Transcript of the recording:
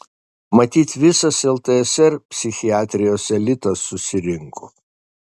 matyt visas ltsr psichiatrijos elitas susirinko